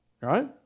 Right